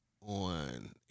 on